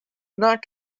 not